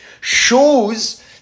shows